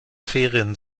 ferien